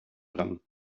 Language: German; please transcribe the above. dran